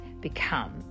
become